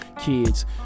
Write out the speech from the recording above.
kids